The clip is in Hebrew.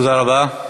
תודה רבה.